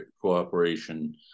cooperation